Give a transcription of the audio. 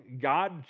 God